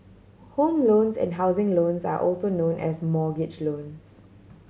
home loans and housing loans are also known as mortgage loans